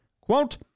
quote